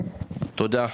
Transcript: תודה.